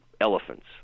elephants